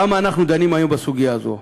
למה אנחנו דנים היום בסוגיה הזאת?